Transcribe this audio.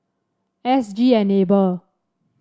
S G Enable